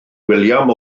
william